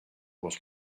was